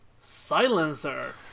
Silencer